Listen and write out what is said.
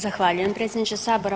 Zahvaljujem predsjedniče sabora.